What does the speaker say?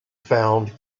found